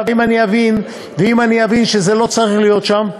ואם אבין שזה לא צריך להיות שם,